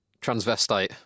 transvestite